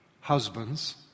husbands